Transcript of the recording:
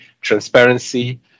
transparency